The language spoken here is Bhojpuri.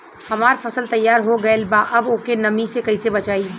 हमार फसल तैयार हो गएल बा अब ओके नमी से कइसे बचाई?